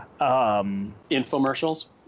Infomercials